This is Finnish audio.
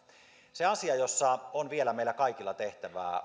se asia jossa vielä on meillä kaikilla tehtävää